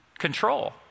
control